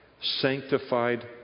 sanctified